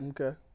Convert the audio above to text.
okay